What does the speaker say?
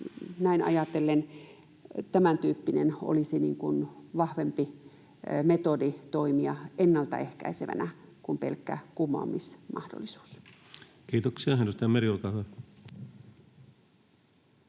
näin ajatellen tämäntyyppinen olisi vahvempi metodi toimia ennaltaehkäisevänä kuin pelkkä kumoamismahdollisuus? Kiitoksia.